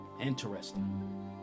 interesting